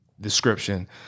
description